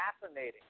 fascinating